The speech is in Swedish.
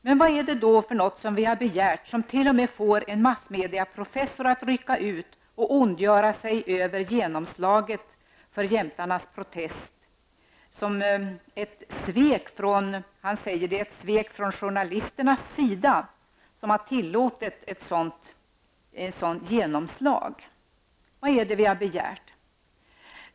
Men vad är det då vi har begärt som får en massmediaprofessor att rycka ut och ondgöra sig över genomslaget för jämtarnas protest? Han sade att det var ett svek från journalisternas sida, som tillåtit ett sådant genomslag. Vad är det vi har begärt?